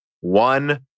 one